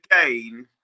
again